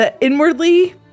inwardly